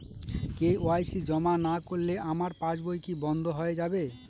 KYC জমা না করলে আমার পাসবই কি বন্ধ হয়ে যাবে?